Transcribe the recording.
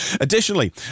Additionally